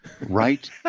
right